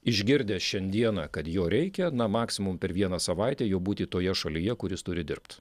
išgirdęs šiandieną kad jo reikia na maksimum per vieną savaitę jau būti toje šalyje kur jis turi dirbt